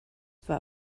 war